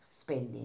spending